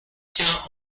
quint